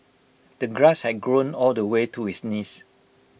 the grass had grown all the way to his knees